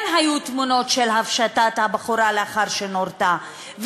כן היו תמונות של הפשטת הבחורה לאחר שנורתה,